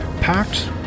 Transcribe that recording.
packed